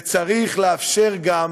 וצריך לאפשר גם